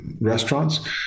restaurants